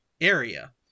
area